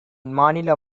மாநில